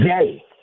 day